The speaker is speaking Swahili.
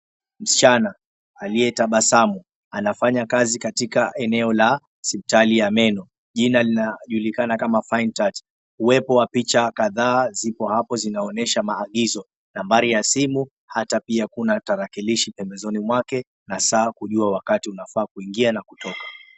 Msichana aliyetabasamu anafanya kazi katika eneo la hospitali ya meno. Jina linajulikana kama Fine Touch . Uwepo wa picha kadhaa zipo hapo zinaonyesha maagizo nambari ya simu, hata pia kuna tarakilishi pembezoni mwake na saa kujua wakati unafaa kuingia na kutoka.